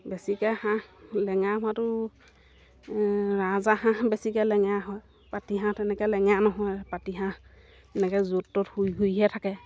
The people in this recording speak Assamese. বেছিকৈ হাঁহ লেঙেৰা হোৱাটো ৰাজাহাঁহ বেছিকৈ লেঙেৰা হয় পাতি হাঁহ তেনেকৈ লেঙেৰা নহয় পাতি হাঁহ এনেকৈ য'ত ত'ত শুই শুইহে থাকে